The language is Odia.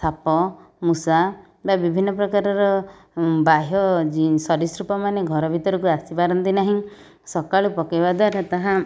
ସାପ ମୂଷା ବା ବିଭିନ୍ନପ୍ରକାରର ବାହ୍ୟ ସରୀସୃପ ମାନେ ଘର ଭିତରକୁ ଆସି ପାରନ୍ତି ନାହିଁ ସକାଳୁ ପକାଇବା ଦ୍ଵାରା ତାହା